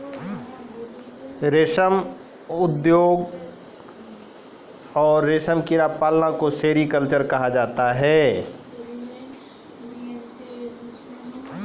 रेशम उद्योग मॅ रेशम के कीड़ा क पालना सेरीकल्चर कहलाबै छै